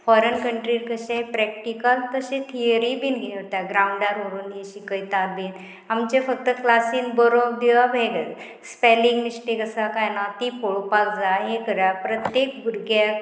foreign कंट्रीर कशें practical तशें थियरी बीन घेवता ग्रावंडार व्हरून ही शिकयता बीन आमचे फक्त क्लासीन बरोवप दिवप हें घाल स्पेलिंग मिस्टेक आसा कांय ना ती पळोवपाक जाय हें करा प्रत्येक भुरग्याक